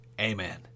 Amen